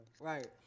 Right